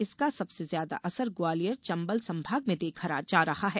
इसका सबसे ज्यादा असर ग्वालियर चंबल संभाग में देखा जा रहा है